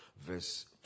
verse